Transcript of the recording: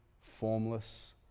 formless